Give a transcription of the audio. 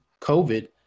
COVID